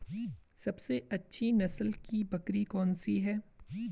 सबसे अच्छी नस्ल की बकरी कौन सी है?